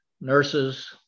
nurses